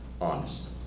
honest